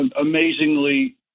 amazingly